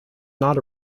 not